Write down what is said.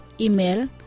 Email